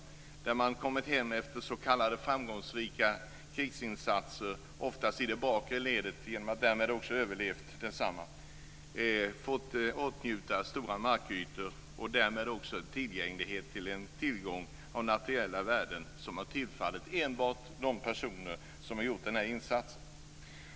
Vissa personer har kommit hem efter s.k. framgångsrika krigsinsatser, oftast i det bakre ledet och därigenom också överlevt desamma, och fått åtnjuta stora markytor och därmed också tillgänglighet till materiella världen som har tillfallit enbart de personer som har gjort denna insats.